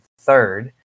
third